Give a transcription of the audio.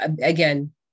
again